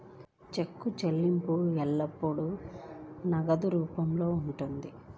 చెక్కు చెల్లింపు ఎల్లప్పుడూ నగదు రూపంలోనే ఉంటుంది